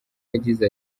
yagize